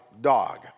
dog